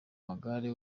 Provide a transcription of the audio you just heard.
magare